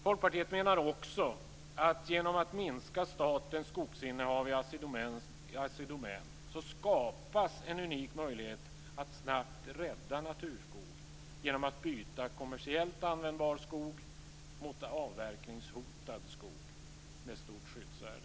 Folkpartiet menar också att genom att minska statens skogsinnehav i Assi Domän skapas en unik möjlighet att snabbt rädda naturskog genom att byta kommersiellt användbar skog mot avverkningshotad skog med stort skyddsvärde.